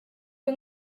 yng